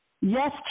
Yes